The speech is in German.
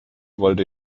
wollte